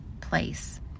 place